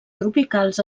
tropicals